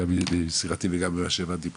גם לשיחתי וגם למה שהבנתי פה.